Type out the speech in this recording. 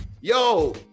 yo